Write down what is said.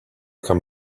come